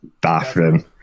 bathroom